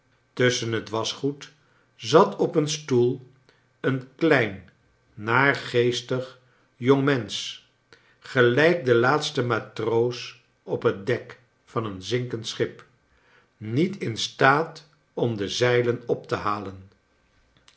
tusschen het waschgoed zat op een stoel een klein naargeestig jongmensch gelijk de laatste matroos op het dek van een zinkend schip niet in staat om de zeilen op te halen